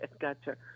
gotcha